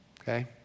okay